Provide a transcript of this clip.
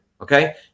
Okay